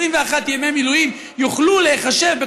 21 ימי מילואים יוכלו להיחשב,